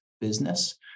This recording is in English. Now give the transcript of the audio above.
business